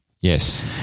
Yes